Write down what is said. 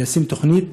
ולשים תוכנית